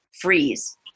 freeze